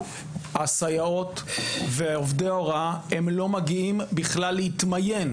הסייעות ועובדי ההוראה הם לא מגיעים בכלל להתמיין.